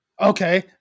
Okay